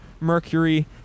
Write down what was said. mercury